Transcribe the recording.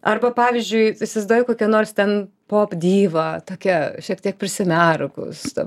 arba pavyzdžiui įsivaizduoji kokia nors ten pop diva tokia šiek tiek prisimerkus ta